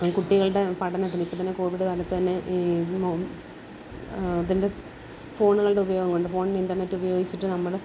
കുട്ടികളുടെ പഠനത്തിന് ഇപ്പം തന്നെ കോവിഡ് കാലത്ത് തന്നെ ഈ ഇത് ഇതുണ്ട് ഫോണുകളുടെ ഉപയോഗം കൊണ്ട് ഫോണിൽ ഇൻറ്റർനെറ്റ് ഉപയോഗിച്ചിട്ട് നമ്മൾ